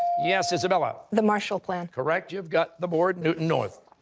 yes, isabella? the marshall plan. correct. you've got the board, newton north.